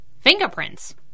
Fingerprints